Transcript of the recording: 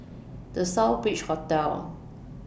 The Southbridge Hotel